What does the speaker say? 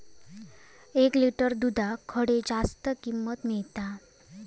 एक लिटर दूधाक खडे जास्त किंमत मिळात?